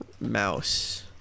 Mouse